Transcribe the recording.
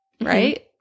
right